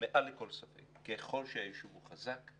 מעל לכל ספק שככל שהישוב הוא חזק,